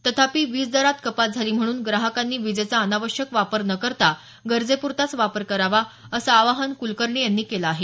तथापि वीज दरात कपात झाली म्हणून ग्राहकांनी विजेचा अनावश्यक वापर न करता गरजेप्रता वापर करावा असं आवाहन कुलकर्णी यांनी केल आहे